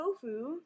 tofu